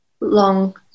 long